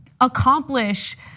accomplish